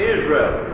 Israel